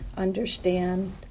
understand